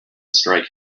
strike